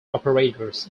operators